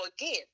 again